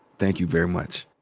thank you very much.